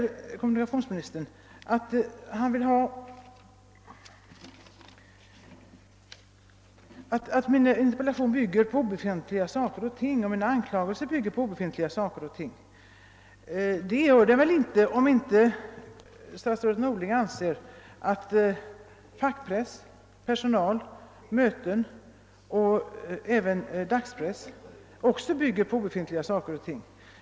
Kommunikationsministern säger ati min interpellation och mina anklagelser bygger på obefintliga saker och ting. Men det gör de väl inte, om inte statsrådet Norling anser att man i fackpressen, hos personalen, på möten och även i dagspressen byggt på obefintliga saker och ting.